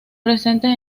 presentes